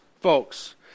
folks